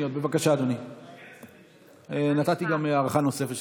בכל רחבי הארץ ומתקינים בהם תשתיות של